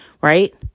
right